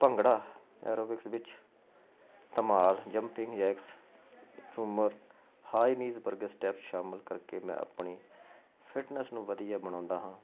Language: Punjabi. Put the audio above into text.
ਭੰਗੜਾ ਐਰੋਬਿਕਸ ਵਿੱਚ ਧਮਾਲ ਜੰਪਿੰਗ ਜੈਕਸ ਝੂਮਰ ਹਾਈ ਨੀਜ ਵਰਗੇ ਸਟੈੱਪ ਸ਼ਾਮਲ ਕਰਕੇ ਮੈਂ ਆਪਣੀ ਫਿਟਨੈਸ ਨੂੰ ਵਧੀਆ ਬਣਾਉਂਦਾ ਹਾਂ